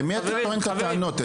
למי אתם מעבירים את הטענות?